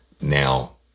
Now